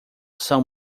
são